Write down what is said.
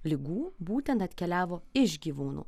ligų būtent atkeliavo iš gyvūnų